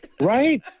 right